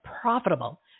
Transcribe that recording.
profitable